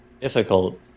difficult